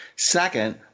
Second